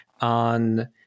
on